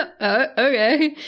Okay